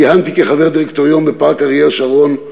כיהנתי כחבר דירקטוריון בפארק אריאל שרון,